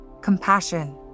compassion